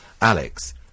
Alex